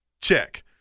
check